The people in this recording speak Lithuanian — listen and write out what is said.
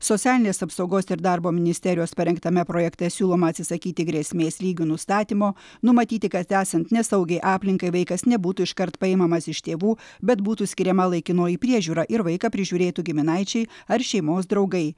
socialinės apsaugos ir darbo ministerijos parengtame projekte siūloma atsisakyti grėsmės lygių nustatymo numatyti kad esant nesaugiai aplinkai vaikas nebūtų iškart paimamas iš tėvų bet būtų skiriama laikinoji priežiūra ir vaiką prižiūrėtų giminaičiai ar šeimos draugai